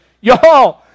y'all